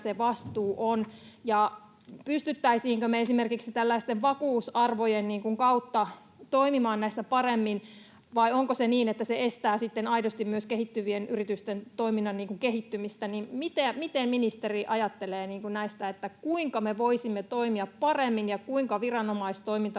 se vastuu on, ja pystyttäisiinkö me esimerkiksi tällaisten vakuusarvojen kautta toimimaan näissä paremmin, vai onko se niin, että se estää sitten aidosti myös kehittyvien yritysten toiminnan kehittymistä? Miten ministeri ajattelee näistä, että kuinka me voisimme toimia paremmin ja kuinka viranomaistoiminta